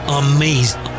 amazing